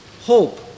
hope